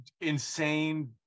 insane